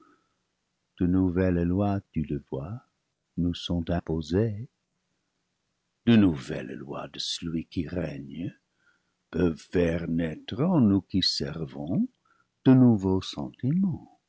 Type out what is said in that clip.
de nouvelles lois tu le vois nous sont imposées de nouvelles lois de celui qui règne peuvent faire naître en nous qui ser vons de nouveaux sentiments